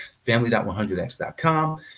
Family.100x.com